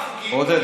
עודד,